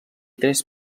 tres